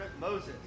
Moses